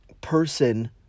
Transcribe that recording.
person